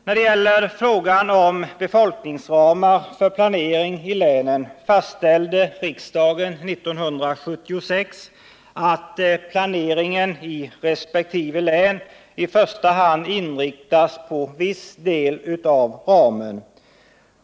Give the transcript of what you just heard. När det gäller frågan om befolkningsramar för planering i länen fastställde riksdagen 1976 att planeringen i resp. län i första hand inriktas på viss del av ramen.